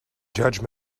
judge